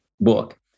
book